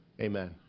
Amen